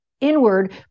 inward